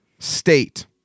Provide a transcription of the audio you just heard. state